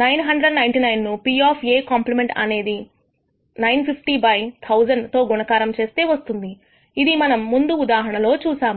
999 ను Pc అనే 950 by 1000 తో గుణకారం చేస్తే వస్తుంది ఇది మనం ముందు ఉదాహరణలో చూసాము